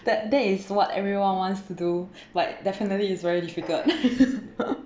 that that is what everyone wants to do but definitely is very difficult